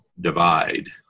divide